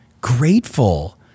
grateful